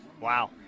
Wow